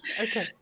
Okay